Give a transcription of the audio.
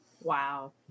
Wow